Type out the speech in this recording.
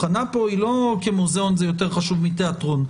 ההבחנה כאן היא לא כי מוזיאון זה יותר חשוב מתיאטרון.